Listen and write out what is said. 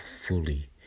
fully